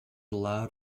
allowed